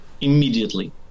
Immediately